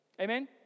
Amen